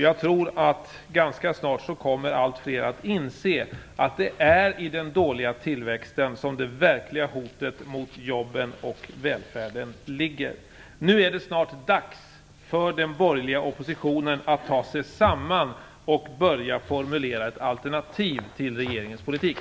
Jag tror att allt fler ganska snart kommer att inse att det är i den dåliga tillväxten som det verkliga hotet mot jobben och välfärden ligger. Nu är det snart dags för den borgerliga oppositionen att ta sig samman och börja formulera ett alternativ till regeringens politik.